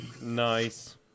Nice